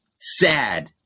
sad